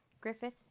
Griffith